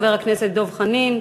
חבר הכנסת דב חנין,